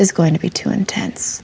is going to be too intense